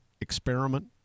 experiment